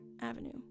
avenue